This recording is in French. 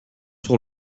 sur